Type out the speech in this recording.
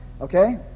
Okay